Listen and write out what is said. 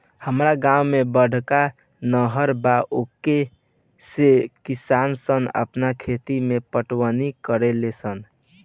हामरा गांव में बड़का नहर बा ओकरे से किसान सन आपन खेत के पटवनी करेले सन